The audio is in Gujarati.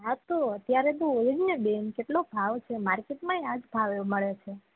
હા તો અત્યારે તો હોય જને બેન કેટલો ભાવ છે માર્કેટમાંય આજ ભાવે મળે છે